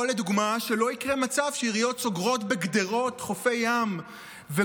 או לדוגמה שלא יקרה מצב שעיריות סוגרות חופי ים בגדרות